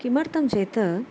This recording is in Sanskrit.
किमर्थं चेत्